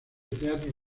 teatro